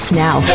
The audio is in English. now